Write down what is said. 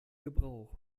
gebrauch